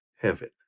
heaven